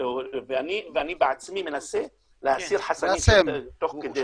ואני בעצמי מנסה להסיר חסמים תוך כדי תנועה,